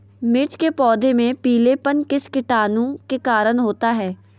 मिर्च के पौधे में पिलेपन किस कीटाणु के कारण होता है?